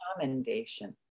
commendation